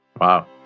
wow